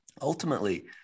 ultimately